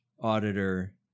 auditor